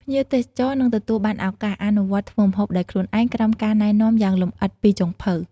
ភ្ញៀវទេសចរនឹងទទួលបានឱកាស អនុវត្តធ្វើម្ហូបដោយខ្លួនឯង ក្រោមការណែនាំយ៉ាងលម្អិតពីចុងភៅ ។